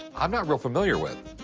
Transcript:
i'm not real familiar with.